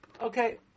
Okay